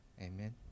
Amen